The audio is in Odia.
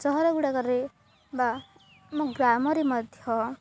ସହର ଗୁଡ଼ାକରେ ବା ଆମ ଗ୍ରାମରେ ମଧ୍ୟ